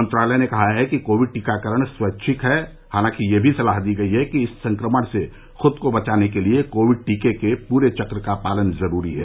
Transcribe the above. मंत्रालय ने कहा है कि कोपिड टीकाकरण स्पैच्छिक है हालांकि यह भी सलाह दी गई है कि इस संक्रमण से खुद को बचाने के लिए कोविड टीके के पूरे चक्र का पालन जरूरी है